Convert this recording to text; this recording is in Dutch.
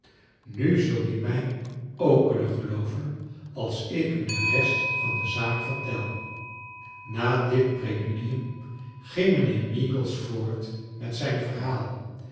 nu zul je mij ook kunnen gelooven als ik u de rest van de zaak vertel na dit preludium jging mijnheer meagles voort met zijn verhaal